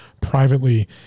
privately